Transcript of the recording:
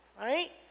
right